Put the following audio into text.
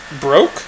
Broke